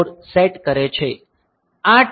4 set કરે છે